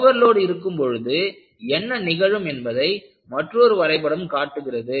over load இருக்கும் பொழுது என்ன நிகழும் என்பதை மற்றொரு வரைபடம் காட்டுகிறது